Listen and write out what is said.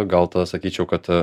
gal tada sakyčiau kad